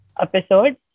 episode